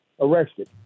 arrested